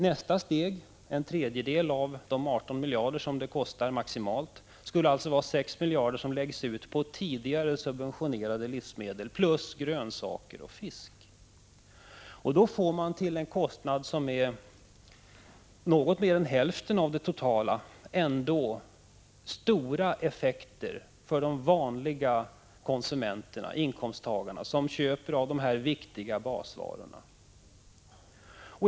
Nästa steg, en tredjedel av de 18 miljarder som det kostar maximalt, skulle alltså vara 6 miljarder som läggs ut på tidigare subventionerade livsmedel plus grönsaker och fisk. Då får man till en kostnad som är något mer än hälften av den totala ändå stora effekter för vanliga inkomsttagare som köper av de viktiga basvarorna.